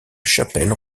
chapelle